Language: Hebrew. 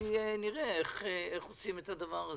נראה איך עושים את הדבר הזה.